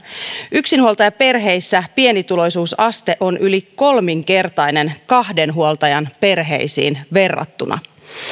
yksinhuoltajaperheissä pienituloisuusaste on yli kolminkertainen kahden huoltajan perheisiin verrattuna